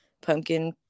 pumpkin